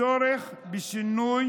הצורך בשינוי